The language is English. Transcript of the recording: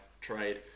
trade